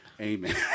Amen